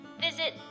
visit